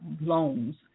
loans